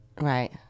Right